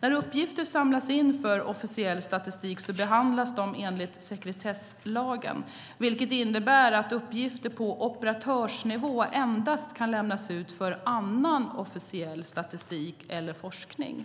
När uppgifter samlas in för officiell statistik behandlas de enligt sekretesslagen, vilket innebär att uppgifter på operatörsnivå endast kan lämnas ut för annan officiell statistik eller forskning.